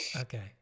Okay